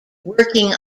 working